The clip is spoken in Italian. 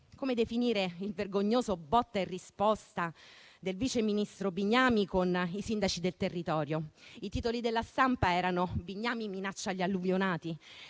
come definire il vergognoso botta e risposta del vice ministro Bignami con i sindaci del territorio? I titoli della stampa erano «Bignami minaccia gli alluvionati»,